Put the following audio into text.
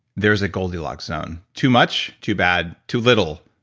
there's a goldilocks zone. too much, too bad, too little,